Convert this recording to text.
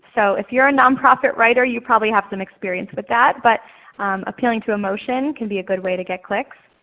so if you're a nonprofit writer you probably have some experience with that, but appealing to emotion can be a good way to get clicks.